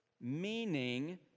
meaning